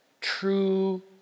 true